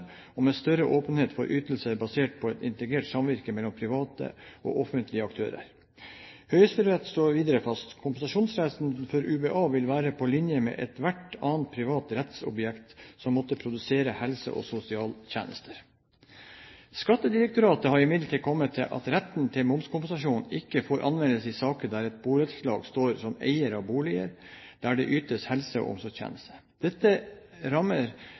og med større åpenhet for ytelser basert på et integrert samvirke mellom private og offentlige aktører.» Høyesterett slår videre fast at «kompensasjonsretten for UBA vil være på linje med ethvert annet privat rettssubjekt som måtte produsere helse- og sosialtjenester». Skattedirektoratet har imidlertid kommet til at retten til momskompensasjon ikke får anvendes i saker der et borettslag står som eier av boliger der det ytes helse- og omsorgstjenester. Dette rammer